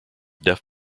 deaf